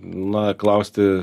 na klausti